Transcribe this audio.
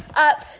up,